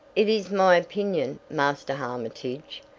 it is my opinion, master armitage,